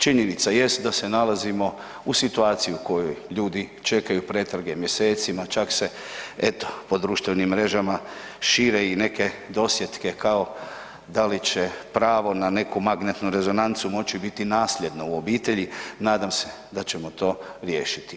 Činjenica jest da se nalazimo u situaciji u kojoj ljudi čekaju pretrage mjesecima, čak se, eto, po društvenim mrežama šire i neke dosjetke kao, da li će pravo na neku magnetnu rezonancu moći biti nasljedno u obitelji, nadam se da ćemo to riješiti.